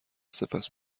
سپس